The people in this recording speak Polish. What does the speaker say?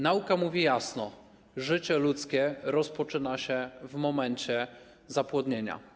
Nauka mówi jasno: życie ludzkie rozpoczyna się w momencie zapłodnienia.